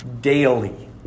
daily